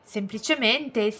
Semplicemente